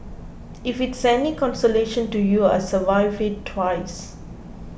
if it's any consolation to you I survived it twice